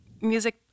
Music